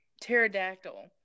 pterodactyl